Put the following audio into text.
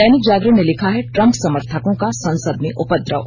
दैनिक जागरण ने लिखा है ट्रंप समर्थकों का संसद में उपद्रव